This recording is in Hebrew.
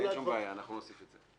אין שום בעיה, אנחנו נוסיף את זה.